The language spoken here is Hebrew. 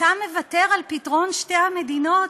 אתה מוותר על פתרון שתי המדינות?